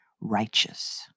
righteous